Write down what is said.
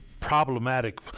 problematic